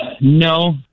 no